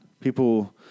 People